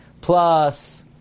plus